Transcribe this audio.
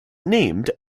named